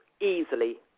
easily